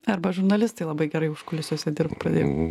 arba žurnalistai labai gerai užkulisiuose dirbt pradėjo